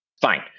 Fine